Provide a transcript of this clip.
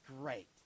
great